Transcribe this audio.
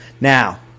Now